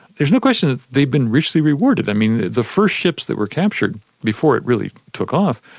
there's no question that they've been richly rewarded. i mean, the first ships that were captured before it really took off,